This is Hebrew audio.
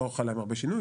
לא חל עליהם הרבה שינוי.